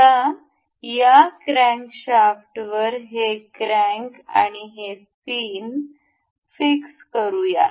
आता या क्रॅन्कशाफ्टवर हे क्रॅंक आणि हे फिन फिक्स करूया